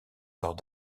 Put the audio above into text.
corps